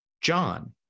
John